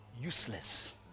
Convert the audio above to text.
Useless